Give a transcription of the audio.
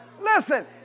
Listen